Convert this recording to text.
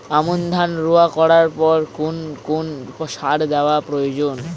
আমন ধান রোয়া করার পর কোন কোন সার দেওয়া প্রয়োজন?